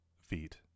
feet